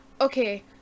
Okay